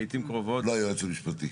לא היועץ המשפטי.